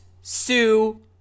sue